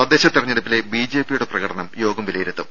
തദ്ദേശ തെരഞ്ഞെടുപ്പിലെ ബിജെപിയുടെ പ്രകടനം യോഗം വിലയിരുത്തും